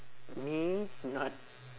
me not